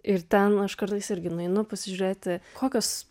ir ten aš kartais irgi nueinu pasižiūrėti kokios